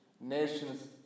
nations